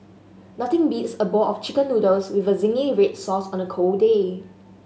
nothing beats a bowl of Chicken Noodles with zingy red sauce on a cold day